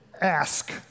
Ask